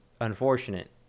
unfortunate